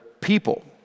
people